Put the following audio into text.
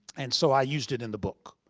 and so i used it in the book.